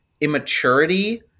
immaturity